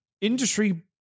Industry